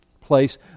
place